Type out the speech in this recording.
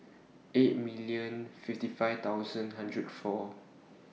eight million fifty five thousand hundred four